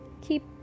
keep